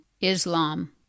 Islam